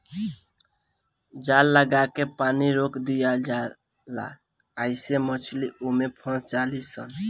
जाल लागा के पानी रोक दियाला जाला आइसे मछली ओमे फस जाली सन